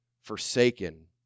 forsaken